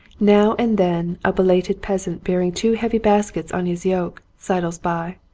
now and then a belated peasant bearing two heavy baskets on his yoke sidles by.